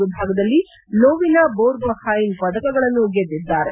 ವಿಭಾಗದಲ್ಲಿ ಲೋವಿನ ಬೊರ್ಗೊಹೈನ್ ಪದಕಗಳನ್ನು ಗೆದ್ದಿದ್ದಾರೆ